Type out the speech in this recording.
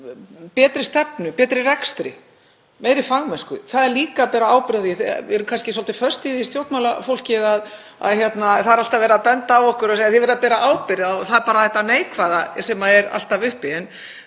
betri stefnu, betri rekstri, meiri fagmennsku. Það er líka að bera ábyrgð. Við erum kannski svolítið föst í því, stjórnmálafólk, að það er alltaf verið að benda á okkur og segja: Þið verðið að bera ábyrgð, og það er bara þetta neikvæða sem er alltaf uppi.